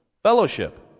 Fellowship